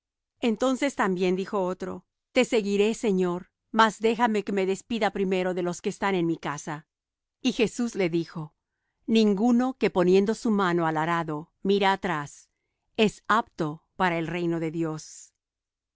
entonces también dijo otro te seguiré señor mas déjame que me despida primero de los que están en mi casa y jesús le dijo ninguno que poniendo su mano al arado mira atrás es apto para el reino de dios